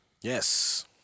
Yes